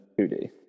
2d